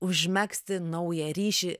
užmegzti naują ryšį